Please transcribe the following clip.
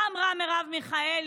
מה אמרה מרב מיכאלי?